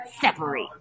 separate